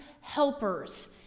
helpers